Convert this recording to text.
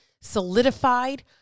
solidified